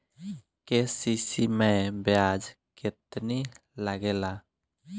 KCC मै ब्याज केतनि लागेला?